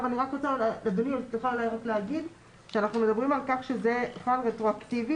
אני רוצה לומר שאנחנו מדברים על כך שזה שכר רטרואקטיבי